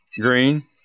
Green